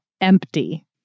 empty